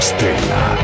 Stella